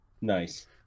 Nice